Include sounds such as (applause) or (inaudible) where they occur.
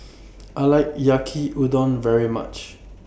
(noise) I like Yaki Udon very much